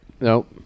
Nope